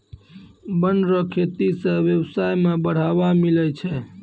वन रो खेती से व्यबसाय में बढ़ावा मिलै छै